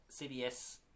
CBS